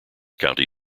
county